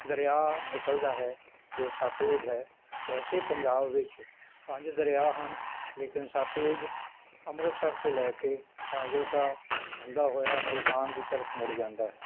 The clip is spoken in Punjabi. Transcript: ਦਰਿਆ ਨਿਕਲਦਾ ਹੈ ਜੋ ਸਤਲੁਜ ਹੈ ਵੈਸੇ ਪੰਜਾਬ ਵਿੱਚ ਪੰਜ ਦਰਿਆ ਹਨ ਲੇਕਿਨ ਸਤਲੁਜ ਅੰਮ੍ਰਿਤਸਰ ਤੋਂ ਲੈ ਕੇ ਫਾਜ਼ਿਲਕਾ ਹੁੰਦਾ ਹੋਇਆ ਮੁਲਤਾਨ ਦੀ ਤਰਫ ਮੁੜ ਜਾਂਦਾ ਹੈ